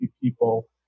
people